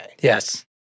Yes